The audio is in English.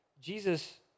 Jesus